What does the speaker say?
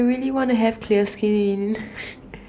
I really wanna have clear skin